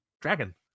Dragon